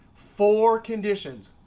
four conditions.